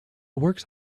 works